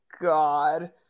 God